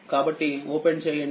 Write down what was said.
కాబట్టిఓపెన్ చేయండి